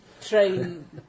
Train